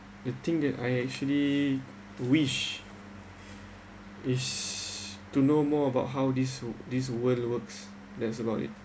the thing that I actually wish is to know more about how this this world works that's about it